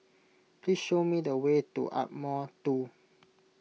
please show me the way to Ardmore two